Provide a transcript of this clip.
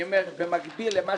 אני אומר שבמקביל למה